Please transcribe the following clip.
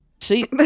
See